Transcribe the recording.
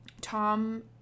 Tom